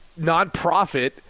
nonprofit